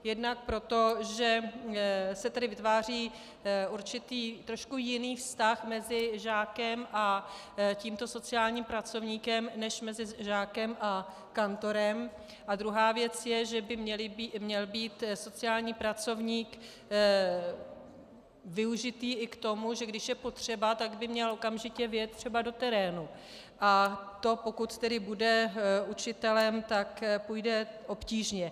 Jednak proto, že se tady vytváří určitý trošku jiný vztah mezi žákem a tímto sociálním pracovníkem, než mezi žákem a kantorem, a druhá věc je, že by měl být sociální pracovník využitý i k tomu, že když je potřeba, tak by měl okamžitě vyjet třeba do terénu, a to pokud tedy bude učitelem, půjde obtížně.